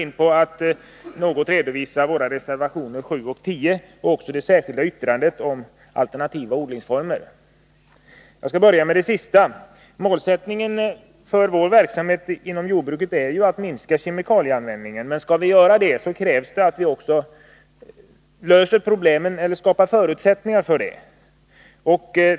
Jag skall sedan något redovisa våra reservationer 7 och 10 och också det särskilda yttrandet om alternativa odlingsformer. Jag skall börja med det sista. Målsättningen för vår verksamhet på detta område är att minska kemikalieanvändningen inom jordbruket. Skall vi göra det, krävs det att vi också löser problemen eller skapar förutsättningar för det.